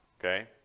okay